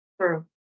True